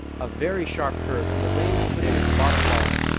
a very sharp curb, and the reins put in at the bottom bar.